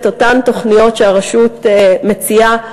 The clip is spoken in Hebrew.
את אותן תוכניות שהרשות מציעה,